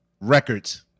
records